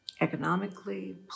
Economically